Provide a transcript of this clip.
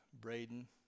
Braden